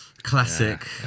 Classic